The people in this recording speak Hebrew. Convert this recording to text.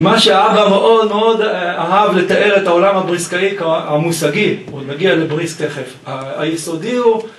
מה שאבא מאוד מאוד אהב לתאר את העולם הבריסקאי המושגי, עוד נגיע לבריסק תיכף, היסודי הוא